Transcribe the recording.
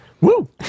woo